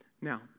Now